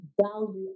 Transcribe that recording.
value